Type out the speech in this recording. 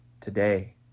today